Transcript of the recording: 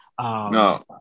No